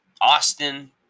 Austin